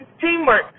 teamwork